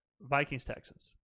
Vikings-Texans